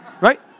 right